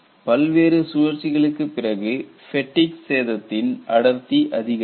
பல்வேறு சுழற்சிகளுக்கு பிறகு ஃபேட்டிக் சேதத்தின் அடர்த்தி அதிகரிக்கும்